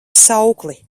saukli